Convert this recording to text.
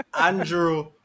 andrew